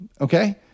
okay